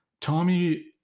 Tommy